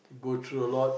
go through a lot